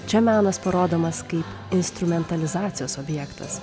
čia menas parodomas kaip instrumentalizacijos objektas